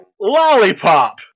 Lollipop